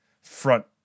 front